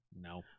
no